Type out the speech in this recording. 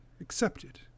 accepted